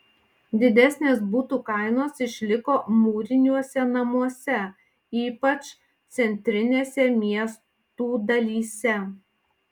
didesnės butų kainos išliko mūriniuose namuose ypač centrinėse miestų dalyse